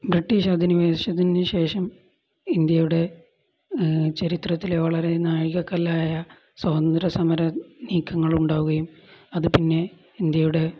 British അധിനിവേശത്തിനുശേഷം ഇന്ത്യയുടെ ചരിത്രത്തിലെ വളരെ നാഴികക്കല്ലായ സ്വാതന്ത്ര്യ സമര നീക്കങ്ങളുണ്ടാവുകയും അതു പിന്നെ ഇന്ത്യയുടെ